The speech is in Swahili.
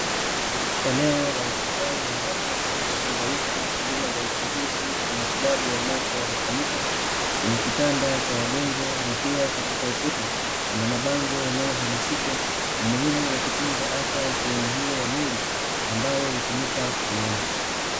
Eneo la hospitali ambapo katika chumba hiki huduma za uchunguzi na matibabu ya macho yanafanyika, kuna kitanda cha wagonjwa na pia katika ukuta, kuna mabango yanayohamasisha umuhimu wa kutunza afya ya sehemu hiyo ya mwili, ambayo hutumika kuona.